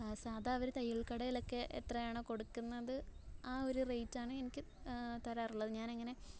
സാധാരണ അവർ തയ്യൽ കടയിലൊക്കെ എത്രയാണോ കൊടുക്കുന്നത് ആ ഒരു റേയ്റ്റാണ് എനിക്ക് തരാറുള്ളത് ഞാൻ അങ്ങനെ